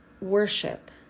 worship